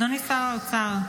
אדוני שר האוצר,